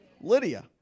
Lydia